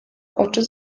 oczy